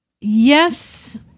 Yes